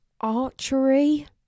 archery